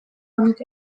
onik